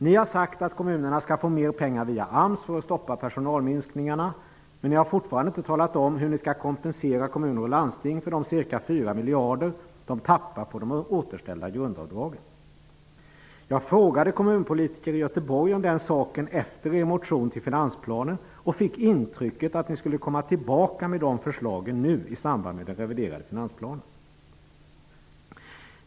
Ni har sagt att kommunerna skall få mer pengar via AMS för att stoppa personalminskningarna, men ni har fortfarande inte talat om hur ni skall kompensera kommuner och landsting för de ca 4 miljarder som de tappar genom de återställda grundavdragen. Jag frågade kommunpolitiker i Göteborg om den saken efter er motion till finansplanen och fick intrycket att ni skulle komma tillbaka med de förslagen i samband med den reviderade finansplanen.